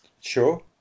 Sure